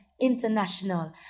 international